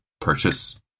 purchase